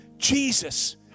Jesus